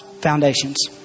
foundations